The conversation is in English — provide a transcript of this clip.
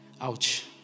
ouch